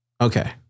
Okay